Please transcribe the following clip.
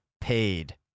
paid